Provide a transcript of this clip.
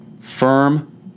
firm